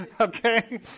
okay